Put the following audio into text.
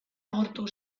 agortu